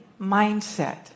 mindset